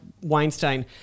Weinstein